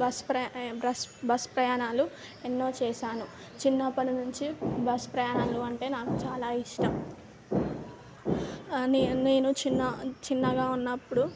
bus ప్రయాణ బ్రస్ bus ప్రయాణాలు ఎన్నో చేశాను చిన్నప్పటి నుంచి బస్ ప్రయాణాలు అంటే నాకు చాలా ఇష్టం నేను నేను చిన్న చిన్నగా ఉన్నప్పుడు